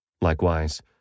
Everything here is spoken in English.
Likewise